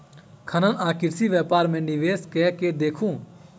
खनन आ कृषि व्यापार मे निवेश कय के देखू